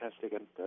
fantastic